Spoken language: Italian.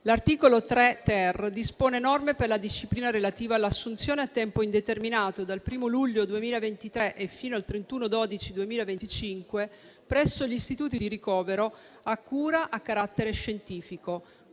L'articolo 3-*ter* dispone norme per la disciplina relativa all'assunzione a tempo indeterminato, dal 1° luglio 2023 e fino al 31 dicembre 2025, presso gli istituti di ricovero e cura a carattere scientifico